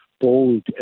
bold